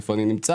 איפה אני נמצא.